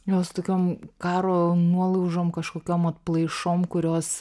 jo su tokiom karo nuolaužom kažkokiom atplaišom kurios